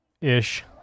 ish